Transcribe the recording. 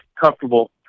comfortable